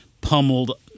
pummeled